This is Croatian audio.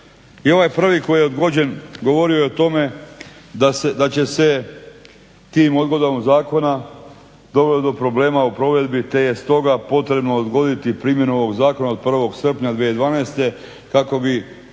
ovaj prvi koji je odgođen govorio je o tome da će se tim odgodama zakona, doveo do problema o provedbi te je stoga potrebno odgoditi primjenu ovog zakona, od 1.srpnja 2012. kako bi